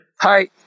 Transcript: Hi